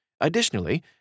Additionally